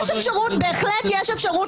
בהחלט יש אפשרות